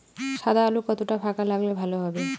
সাদা আলু কতটা ফাকা লাগলে ভালো হবে?